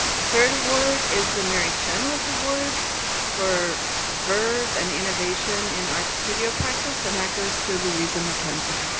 the third award is the mary chenowith award for verve and innovation in art studio practice, and that goes to louisa mackenzie.